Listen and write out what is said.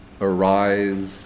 arise